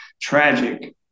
tragic